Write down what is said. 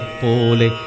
pole